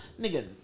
nigga